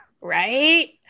right